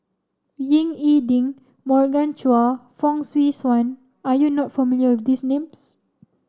Ying E Ding Morgan Chua Fong Swee Suan are you not familiar with these names